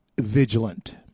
Vigilant